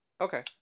Okay